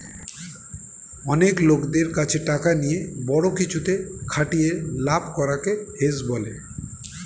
অনেক লোকদের কাছে টাকা নিয়ে বড়ো কিছুতে খাটিয়ে লাভ করা কে হেজ বলে